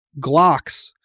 Glocks